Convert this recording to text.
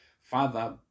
Father